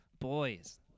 Boys